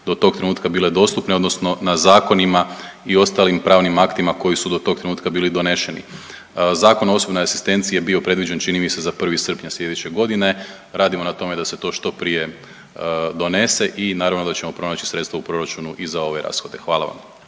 do tog trenutka bile dostupne, odnosno na zakonima i ostalim pravnim aktima koji su do tog trenutka bili doneseni. Zakon o osobnoj asistenciji je bio predviđen čini mi se za 1. srpnja sljedeće godine. Radimo na tome da se to što prije donesen i naravno da ćemo pronaći sredstva u proračunu i za ove rashode. Hvala vam.